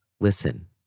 Listen